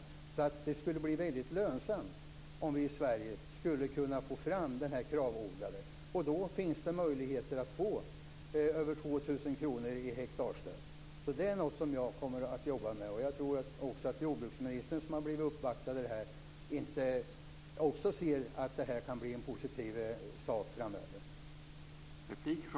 Det skulle bli lönsamt om vi i Sverige fick fram den Kravodlade senapen. Då finns det möjlighet att få över 2 000 kr per hektar i stöd. Det är något jag kommer att jobba med. Jag tror att även jordbruksministern, som har tagit emot uppvaktningar i ämnet, ser att detta kan bli en positiv sak framöver.